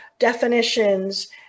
definitions